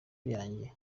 yanjye